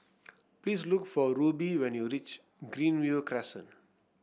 please look for Rubie when you reach Greenview Crescent